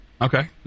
Okay